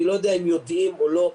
אני לא יודע אם יודעים או לא,